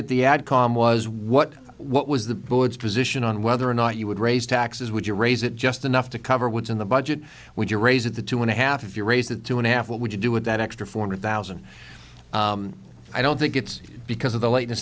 at the ad com was what what was the board's position on whether or not you would raise taxes would you raise it just enough to cover woods in the budget would you raise it the two and a half if you raise that two and a half what would you do with that extra four hundred thousand i don't think it's because of the late